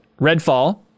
Redfall